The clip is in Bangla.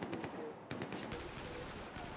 কিন্তু ওটা তো ভীষণ সমস্যা